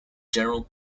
general